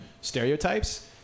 stereotypes